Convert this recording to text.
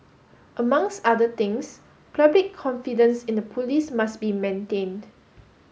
amongst other things public confidence in the police must be maintained